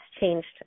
changed